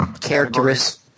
characteristics